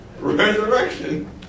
Resurrection